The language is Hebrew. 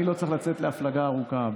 אני לא צריך לצאת להפלגה ארוכה.